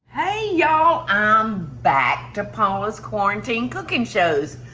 hey, y'all, i'm back to paula's quarantine cooking shows,